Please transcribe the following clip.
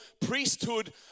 priesthood